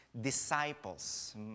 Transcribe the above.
disciples